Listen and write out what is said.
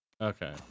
okay